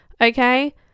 okay